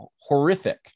horrific